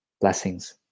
Blessings